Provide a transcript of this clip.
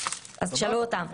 תשאלו אותם,